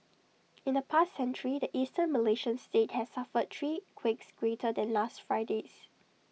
in the past century the Eastern Malaysian state has suffered three quakes greater than last Friday's